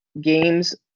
games